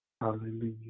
Hallelujah